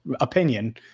Opinion